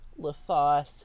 LaFosse